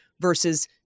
versus